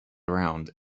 around